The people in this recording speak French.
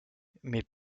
mais